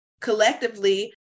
collectively